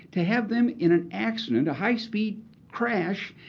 to have them in an accident, a high speed crash,